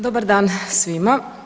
Dobar dan svima.